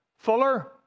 Fuller